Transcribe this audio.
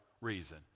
reason